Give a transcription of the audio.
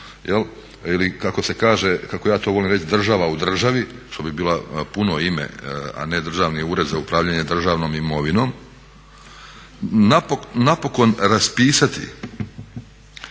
sa dva u ili kako ja to volim reći država u državi što bi bilo puno ime, a ne Državni ured za upravljanje državnom imovinom napokon raspisati,